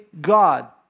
God